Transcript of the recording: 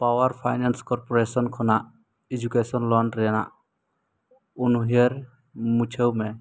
power finance corporation ᱠᱷᱚᱱᱟᱜ education loan ᱨᱮᱱᱟᱜ ᱩᱱᱩᱭᱦᱟᱹᱨ ᱢᱩᱪᱷᱟᱹᱣ ᱢᱮ